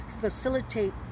facilitate